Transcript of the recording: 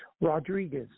Rodriguez